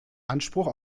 anspruch